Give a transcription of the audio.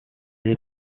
est